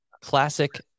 classic